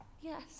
Yes